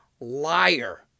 liar